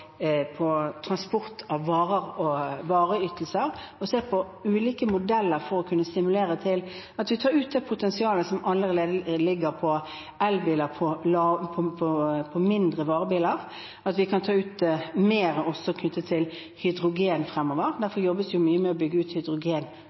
transport av varer og vareytelser. Vi har sett på ulike modeller for å kunne stimulere slik at vi kan ta ut det potensialet som allerede ligger der for elbiler, for mindre varebiler, og at vi kan ta ut mer knyttet til hydrogen fremover.